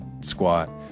squat